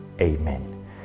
Amen